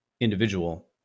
individual